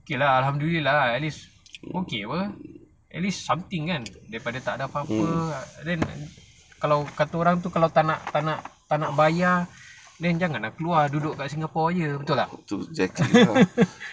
okay lah alhamdulillah lah at least okay apa at least something kan daripada takde apa-apa then kalau kata orang tu kalau tak nak tak nak tak nak bayar then jangan lah keluar duduk kat singapore jer betul tak